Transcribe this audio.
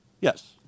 Yes